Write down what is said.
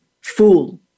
fool